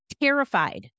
terrified